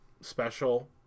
special